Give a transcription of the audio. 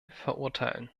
verurteilen